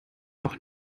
auch